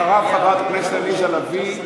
אחריו, חברת הכנסת עליזה לביא.